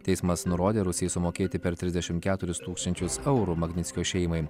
teismas nurodė rusijai sumokėti per trisdešimt keturis tūkstančius eurų magnickio šeimai